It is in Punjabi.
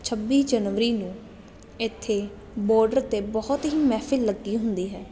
ਛੱਬੀ ਜਨਵਰੀ ਨੂੰ ਇੱਥੇ ਬਾਰਡਰ 'ਤੇ ਬਹੁਤ ਹੀ ਮਹਿਫ਼ਿਲ ਲੱਗੀ ਹੁੰਦੀ ਹੈ